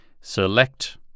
select